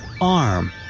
ARM